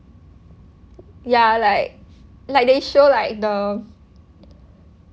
ya like like they show like the